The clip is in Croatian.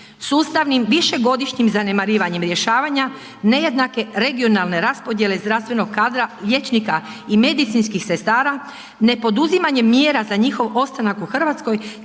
Sustavnim višegodišnjim zanemarivanjem rješavanja, nejednake regionalne raspodjele zdravstvenog kadra liječnika i medicinskih sestara, ne poduzimanjem mjera za njihov ostanak u Hrvatskoj